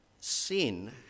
sin